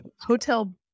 hotel